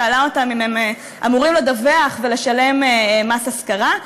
שאלה אותם אם הם אמורים לדווח ולשלם מס השכרה.